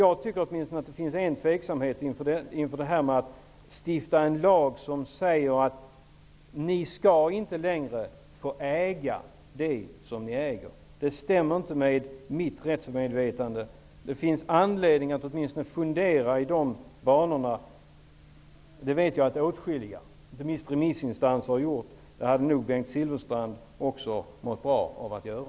Jag tycker att det råder en viss tveksamhet inför att stifta en lag som säger att vissa skall inte längre få äga det de äger. Det stämmer inte med mitt rättsmedvetande. Det finns anledning att åtminstone fundera i de banorna. Det vet jag att åtskilliga, inte minst remissinstanserna, har gjort. Det hade nog Bengt Silfverstrand också mått bra av att göra.